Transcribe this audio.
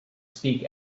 speak